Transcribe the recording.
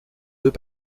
deux